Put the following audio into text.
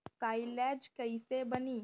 Silage कईसे बनी?